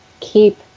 keep